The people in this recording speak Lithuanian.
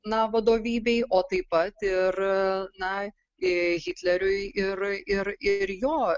na vadovybei o taip pat ir na i hitleriui ir ir ir jo